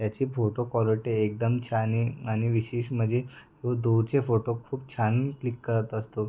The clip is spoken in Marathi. ह्याची फोटो क्वॉलटी एकदम छान आहे आणि विशेष म्हणजे तो दूरचे फोटो खूप छान क्लिक करत असतो